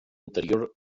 anterior